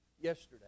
Yesterday